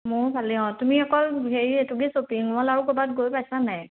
মোৰো ভালেই অঁ তুমি অকল হেৰি এইটো কি শ্বপিং মল আৰু ক'ৰবাত গৈ পাইছা নাই